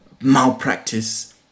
malpractice